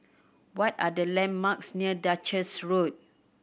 what are the landmarks near Duchess Road